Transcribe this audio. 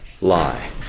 lie